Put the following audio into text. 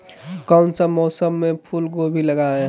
कौन सा मौसम में फूलगोभी लगाए?